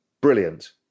Brilliant